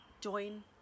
join